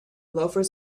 loafers